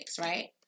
right